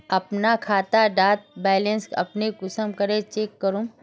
अपना खाता डार बैलेंस अपने कुंसम करे चेक करूम?